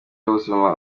y’ubuzima